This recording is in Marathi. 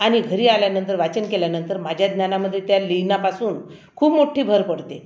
आणि घरी आल्यानंतर वाचन केल्यानंतर माझा ज्ञानामध्ये त्या लिहिण्यापासून खूप मोठी भर पडते